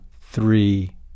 three